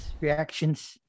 reactions